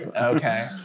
Okay